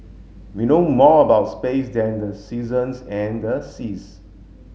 we know more about space than the seasons and the seas